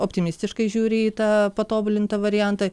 optimistiškai žiūri į tą patobulintą variantą